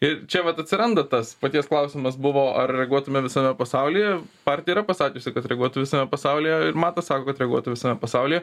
ir čia vat atsiranda tas paties klausimas buvo ar reaguotume visame pasaulyje partija yra pasakiusi kad reaguotų visame pasaulyje ir matas sako kad reaguotų visame pasaulyje